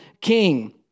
king